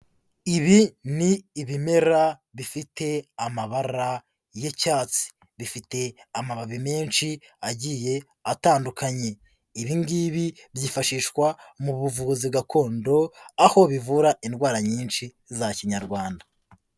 Ibi ni ibimera bifite amabara y'icyatsi, bifite amababi menshi agiye atandukanye, ibi ngibi byifashishwa mu buvuzi gakondo, aho bivura indwara nyinshi za kinyarwanda.